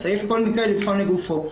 צריך כל מקרה לבחון לגופו.